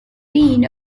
been